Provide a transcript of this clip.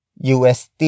UST